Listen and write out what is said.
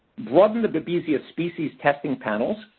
broaden the babesia species testing panels,